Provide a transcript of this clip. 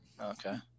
okay